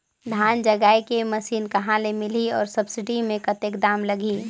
धान जगाय के मशीन कहा ले मिलही अउ सब्सिडी मे कतेक दाम लगही?